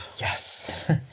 Yes